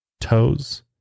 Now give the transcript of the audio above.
toes